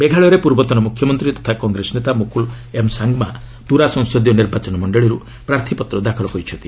ମେଘାଳୟରେ ପୂର୍ବତନ ମୁଖ୍ୟମନ୍ତ୍ରୀ ତଥା କଂଗ୍ରେସ ନେତା ମୁକୁଲ୍ ଏମ୍ ସାଙ୍ଗ୍ମା ତୁରା ସଂସଦୀୟ ନିର୍ବାଚନ ମଣ୍ଡଳୀରୁ ପ୍ରାର୍ଥପତ୍ର ଦାଖଲ କରିଛନ୍ତି